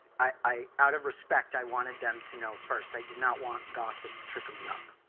i out of respect, i wanted them to know first. i did not want gossip trickling up.